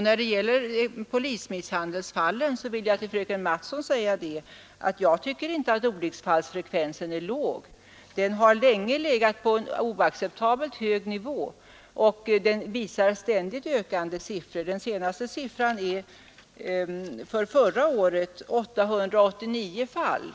När det gäller polismisshandelsfallen vill jag säga till fröken Mattson att jag inte tycker att olycksfallsfrekven sen är låg. Den har länge legat på en oacceptabelt hög nivå, och siffrorna ökar ständigt. Den senaste siffran, för förra året, är 889 fall,